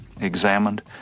examined